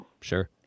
Sure